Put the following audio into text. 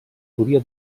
podia